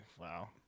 wow